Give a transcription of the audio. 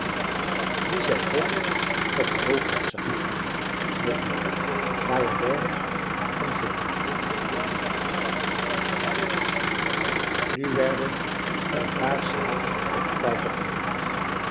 die zij vond dat er dol uitzag met die bayadère van gitten nu werden er een paar slagen op de pauken gehoord